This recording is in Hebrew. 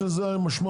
יש לזה משמעויות,